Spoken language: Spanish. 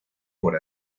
por